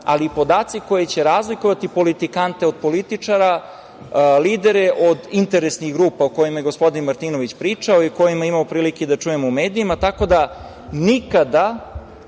ali i podatke koje će razlikovati politikante od političara, lidere od interesnih grupa o kojima je gospodin Martinović pričao i koje imamo prilike da čujemo u medijima, tako da se nikada